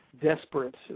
desperate